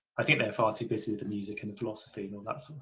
i think they're far too busy with the music and philosophy and all that sort